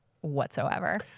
whatsoever